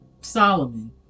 Solomon